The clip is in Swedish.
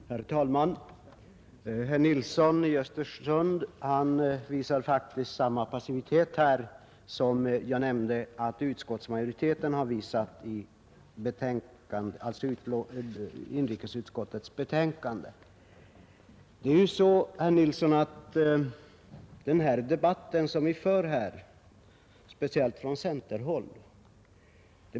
Herr talman! Herr Nilsson i Östersund visar faktiskt här samma passivitet som jag nämnde att utskottsmajoriteten har visat i inrikesutskottets betänkande. Frågan är, herr Nilsson, hur man vill tyda den debatt som här har förts, speciellt från centerhåll.